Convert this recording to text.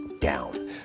down